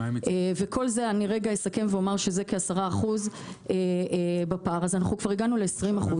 כל זה כ-10% בפער והגענו ל-20%.